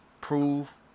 prove